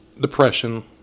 depression